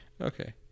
Okay